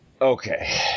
Okay